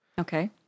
Okay